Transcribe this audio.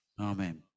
amen